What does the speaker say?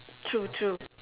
true true